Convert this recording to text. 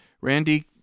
Randy